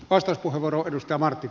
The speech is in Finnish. arvoisa herra puhemies